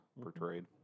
portrayed